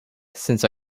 since